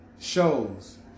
shows